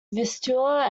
vistula